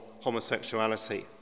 homosexuality